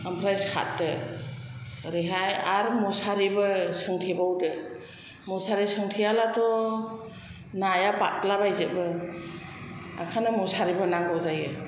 आमफ्राय सारदो ओरैहाय आरो मुसारिबो सोंथेबावदो मुसारि सोंथेयालाथ' नाया बादला बायजोबो ओंखायनो मुसारिबो नांगौ जायो